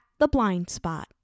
theblindspot